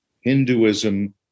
Hinduism